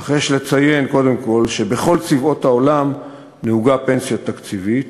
אך יש לציין קודם כול שבכל צבאות העולם נהוגה פנסיה תקציבית.